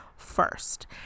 first